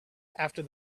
after